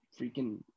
freaking